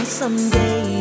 someday